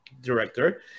director